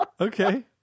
Okay